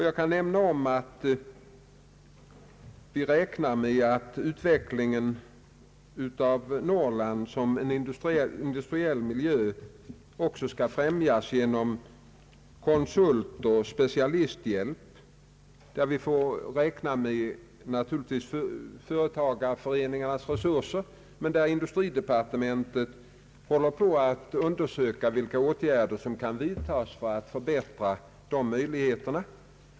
Jag kan nämna att vi räknar med att utvecklingen av Norrland som en industriell miljö också skall främjas genom konsultoch specialisthjälp, där vi naturligtvis får ta företagareföreningarnas resurser i anspråk men där industridepartementet håller på att undersöka vilka åtgärder som kan vidtas för att öka möjligheterna till hjälp.